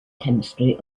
chemistry